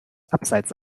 abseits